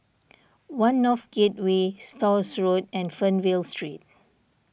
one North Gateway Stores Road and Fernvale Street